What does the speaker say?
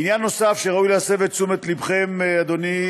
עניין נוסף שראוי להסב את תשומת ליבכם אליו,